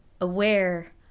aware